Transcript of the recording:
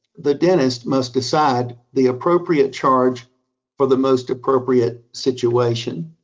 the dentist must decide the appropriate charge for the most appropriate situation.